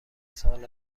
سال